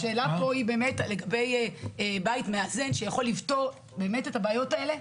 השאלה פה היא באמת לגבי בית מאזן שיכול לתפור את הבעיות האלה,